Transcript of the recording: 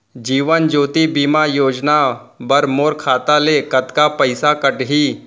जीवन ज्योति बीमा योजना बर मोर खाता ले कतका पइसा कटही?